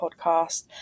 podcast